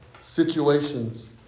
situations